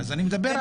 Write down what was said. זה לא בסדר.